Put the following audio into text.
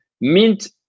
mint